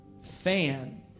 fan